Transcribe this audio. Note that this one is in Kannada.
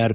ಆರ್